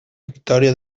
victòria